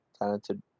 talented